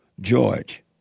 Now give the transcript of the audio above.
George